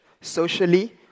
socially